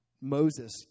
Moses